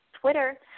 Twitter